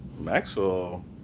Maxwell